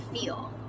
feel